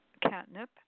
catnip